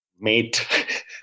mate